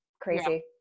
Crazy